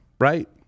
right